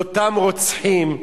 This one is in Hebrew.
לאותם רוצחים,